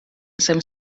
some